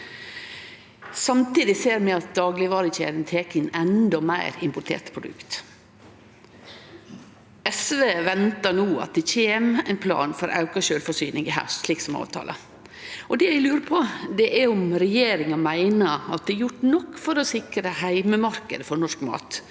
Samtidig ser vi at daglegvarekjedene tek inn endå meir importerte produkt. SV ventar no at det kjem ein plan for auka sjølvforsyning i haust, slik som det er avtalt. Det eg lurer på, er om regjeringa meiner at det er gjort nok for å sikre heimemarknaden for norsk mat.